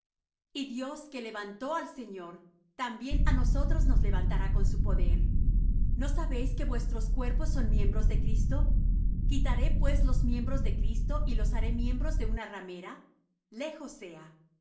y dios que levantó al señor también á nosotros nos levantará con su poder no sabéis que vuestros cuerpos son miembros de cristo quitaré pues los miembros de cristo y los haré miembros de una ramera lejos sea